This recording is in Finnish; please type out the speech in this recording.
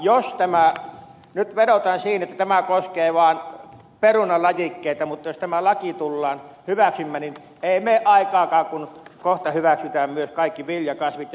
nyt vedotaan siihen että tämä koskee vain perunalajikkeita mutta jos tämä laki tullaan hyväksymään ei mene aikaakaan kun kohta hyväksytään myös kaikki viljakasvit